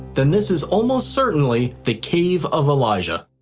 then this is almost certainly the cave of elijah.